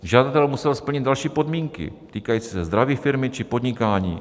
Žadatel musel splnit další podmínky týkající se zdraví firmy či podnikání.